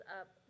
up